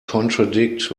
contradict